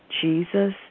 Jesus